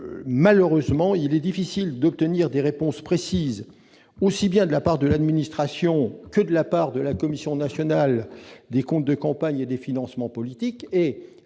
Malheureusement, il est difficile d'obtenir des réponses précises, aussi bien de la part de l'administration que de la part de la Commission nationale des comptes de campagne et des financements politiques,